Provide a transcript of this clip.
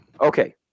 okay